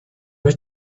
were